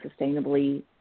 sustainably